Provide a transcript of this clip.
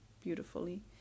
beautifully